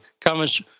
Comments